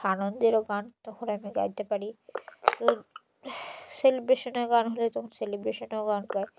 আনন্দেরও গান তখন আমি গাইতে পারি তো সেলিব্রেশনের গান হলে তখন সেলিব্রেশনেও গান গাই